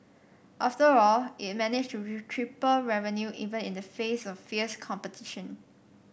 after all it managed to triple revenue even in the face of fierce competition